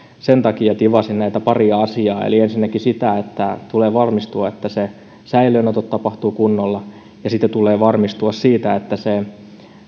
sen takia tivasin näitä paria asiaa eli ensinnäkin tulee varmistua että säilöönotot tapahtuvat kunnolla ja sitten tulee varmistua siitä että se